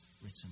written